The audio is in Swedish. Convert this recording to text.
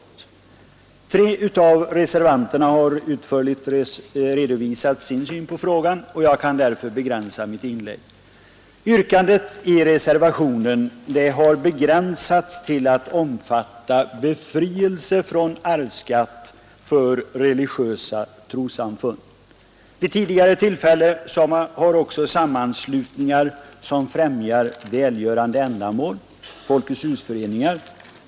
Tre av reservanterna har utförligt redovisat sin syn på frågan, och jag kan därför begränsa mitt inlägg. Yrkandet i reservationen har begränsats till att omfatta befrielse från arvsskatt för religiösa trossamfund. Vid tidigare tillfällen har också sammanslutningar som främjar välgörande ändamål, folketshusföreningar.